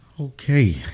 Okay